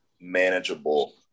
manageable